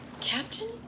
Captain